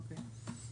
אוקיי.